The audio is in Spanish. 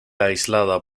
aislada